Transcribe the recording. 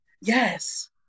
Yes